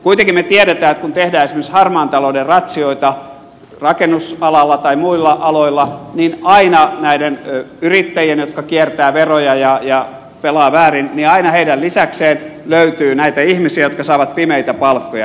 kuitenkin me tiedämme että kun tehdään esimerkiksi harmaan talouden ratsioita rakennusalalla tai muilla aloilla niin aina näiden yrittäjien lisäksi jotka kiertävät veroja ja pelaavat väärin löytyy näitä ihmisiä jotka saavat pimeitä palkkoja